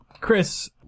Chris